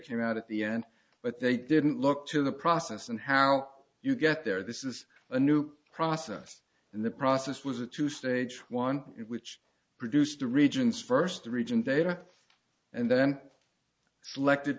came out at the end but they didn't look to the process and how you get there this is a new process and the process was a two stage one which produced the regions first the region data and then selected